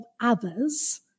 others